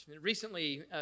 Recently